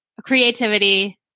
creativity